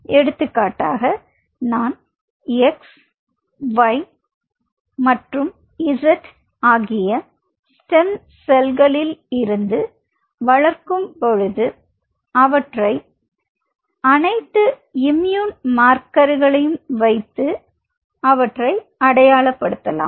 எடுத்துக்காட்டாக நான் x y மற்றும் z ஆகிய ஸ்டெம் செல்களிலிருந்து வளர்க்கும் பொழுது அவற்றை அனைத்து இம்மியூன் மார்க்கர் வைத்து அவற்றை அடையாளப்படுத்தலாம்